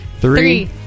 Three